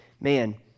man